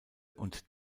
und